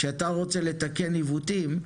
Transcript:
כשאתה רוצה לתקן עיוותים,